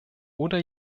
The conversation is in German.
oder